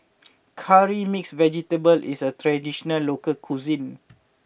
Curry Mixed Vegetable is a traditional local cuisine